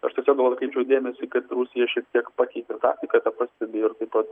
aš tiesiog gal atkreipčiau dėmesį kad rusija šiek tiek pakeitė taktiką tą pastebi ir taip pat